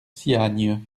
siagne